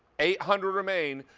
eight hundred remain,